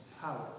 power